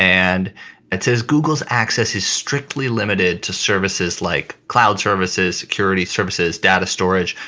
and it says google's access is strictly limited to services like cloud services, security services, data storage,